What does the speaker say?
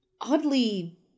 oddly